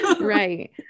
Right